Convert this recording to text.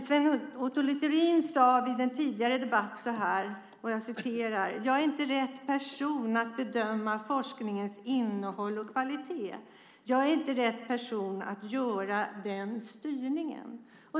Sven Otto Littorin har i en tidigare debatt sagt så här: Jag är inte rätt person att bedöma forskningens innehåll och kvalitet. Jag är inte rätt person att göra den styrningen.